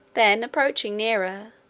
then approaching nearer,